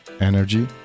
energy